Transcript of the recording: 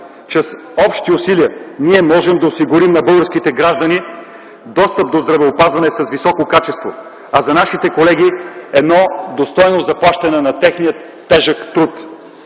че с общи усилия ние можем да осигурим на българските граждани достъп до здравеопазване с високо качество, а за нашите колеги – едно достойно заплащане на техния тежък труд.